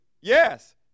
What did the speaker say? yes